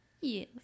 Yes